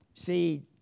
See